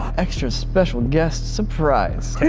extra special guests surprise